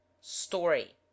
story